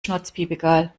schnurzpiepegal